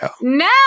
no